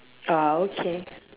uh okay